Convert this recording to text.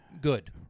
good